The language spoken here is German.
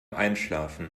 einschlafen